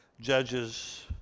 judges